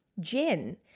Jen